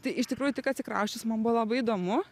tai iš tikrųjų tik atsikrausčius man buvo labai įdomu